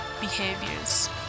behaviors